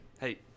Hey